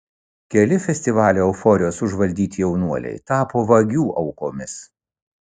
keli festivalio euforijos užvaldyti jaunuoliai tapo vagių aukomis